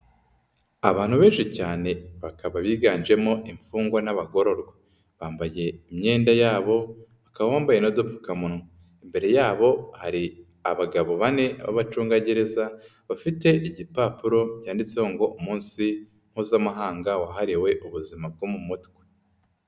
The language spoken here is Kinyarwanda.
Abantu benshi cyane bakaba biganjemo imfungwa n'abagororwa, bambaye imyenda yabo bakaba bambaye n'udupfukamunwa, imbere yabo hari abagabo bane b'abacungagereza bafite igipapuro byanditsweho ngo umunsi mpuzamahanga wahariwe ubuzima bwo mu mutwe.